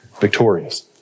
victorious